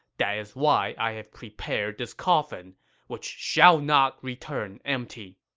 that is why i have prepared this coffin, which shall not return empty.